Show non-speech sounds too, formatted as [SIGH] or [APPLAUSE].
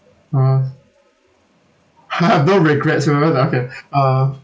ah [LAUGHS] no regrets whatsoever okay uh